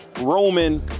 Roman